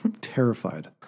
terrified